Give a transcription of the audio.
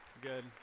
Good